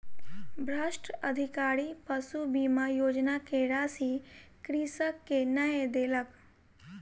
भ्रष्ट अधिकारी पशु बीमा योजना के राशि कृषक के नै देलक